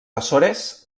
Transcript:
açores